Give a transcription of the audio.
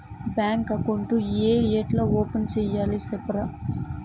Bank account ఏ ఎట్లా open సేయాలి సెప్తారా?